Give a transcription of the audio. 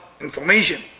information